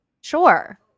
Sure